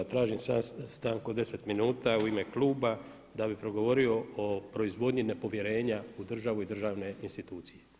Tražim stanku od deset minuta u ime kluba da bi progovorio o proizvodnji nepovjerenja u državu i državne institucije.